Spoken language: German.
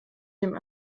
dem